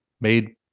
made